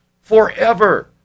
forever